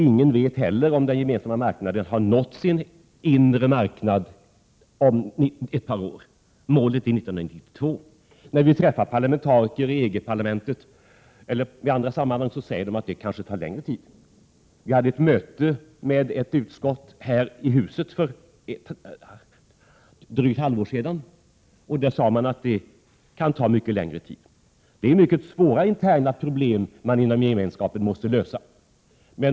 Ingen vet heller om Gemensamma marknaden har nått sin inre marknad om ett par år. Målet är 1992. När vi träffar parlamentariker i EG-parlamentet eller i andra sammanhang säger de att det kanske tar längre tid. Vi hade ett möte med ett utskott här i huset för drygt ett halvår sedan. Det sades då att det kan ta mycket längre tid. Det finns väldigt svåra interna problem inom gemenskapen, som måste lösas.